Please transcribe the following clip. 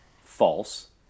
false